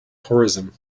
tourism